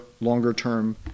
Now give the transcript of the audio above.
longer-term